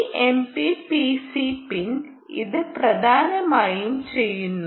ഈ MPPC pin ഇത് പ്രധാനമായും ചെയ്യുന്നു